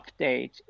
update